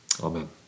Amen